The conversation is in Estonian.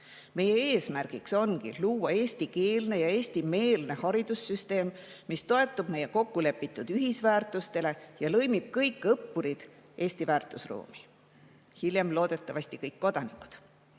Meie eesmärk ongi luua eestikeelne ja eestimeelne haridussüsteem, mis toetub kokkulepitud ühistele väärtustele ja lõimib kõik õppurid Eesti väärtusruumi, hiljem loodetavasti kõik kodanikud.